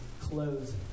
close